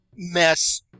mess